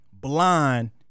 blind